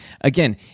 again